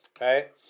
Right